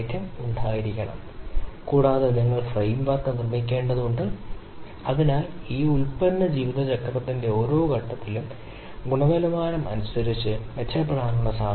അതിനാൽ വ്യക്തമായും എക്യുഎൽ അവസാന പദത്തിൽ നിന്ന് തുല്യമായ രണ്ടായി മാറുന്നു അങ്ങനെയാണ് നിങ്ങൾക്ക് ശരാശരി ഗുണനിലവാര നഷ്ടം രേഖപ്പെടുത്തുന്നത്